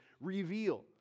reveal